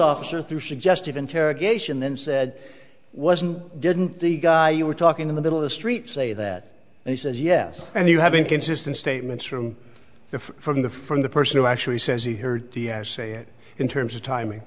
officer through suggestive interrogation then said wasn't didn't the guy you were talking in the middle of the street say that and he says yes and you have inconsistent statements from the from the from the person who actually says he heard diaz say it in terms of timing